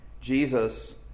Jesus